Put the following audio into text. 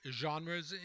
genres